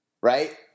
right